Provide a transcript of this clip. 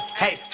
hey